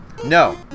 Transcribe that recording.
No